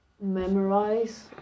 memorize